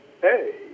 hey